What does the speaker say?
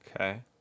Okay